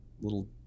little